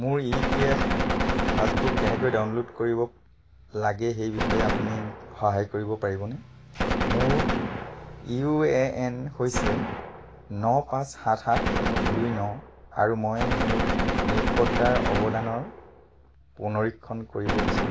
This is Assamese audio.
মোৰ ই পি এফ পাছবুক কেনেকৈ ডাউনলোড কৰিব লাগে সেই বিষয়ে আপুনি মোক সহায় কৰিব পাৰিবনে মোৰ ইউ এ এন হৈছে ন পাঁচ সাত সাত দুই ন আৰু মই মোৰ নিয়োগকৰ্তাৰ অৱদানৰ পুনৰীক্ষণ কৰিব বিচাৰোঁ